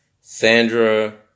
Sandra